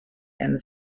and